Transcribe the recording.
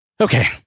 Okay